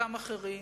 גם אחרים,